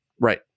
Right